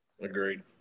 agreed